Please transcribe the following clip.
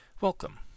Welcome